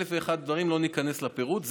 אלף ואחד דברים, לא ניכנס לפירוט.